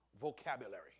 vocabulary